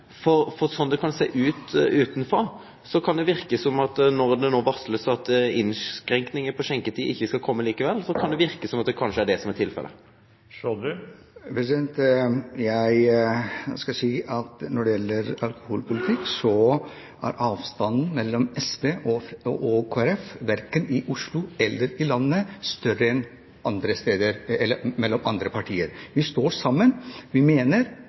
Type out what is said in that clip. det kan sjå ut utanfrå, kan det verke som at det at dei varsla innskrenkingane i skjenkjetida ikkje blir noko av likevel, er det som er tilfellet. Når det gjelder alkoholpolitikken, er avstanden mellom SV og Kristelig Folkeparti – verken i Oslo eller i landet ellers – ikke større enn mellom andre partier. Vi står sammen. Vi mener,